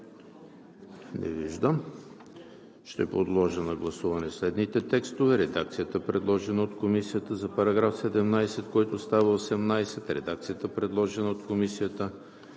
Не виждам. Подлагам на гласуване следните текстове: редакцията, предложена от Комисията за § 17, който става § 18; редакцията, предложена от Комисията